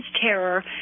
terror